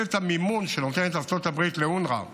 את המימון שנותנת ארצות הברית לאונר"א